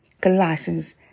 Colossians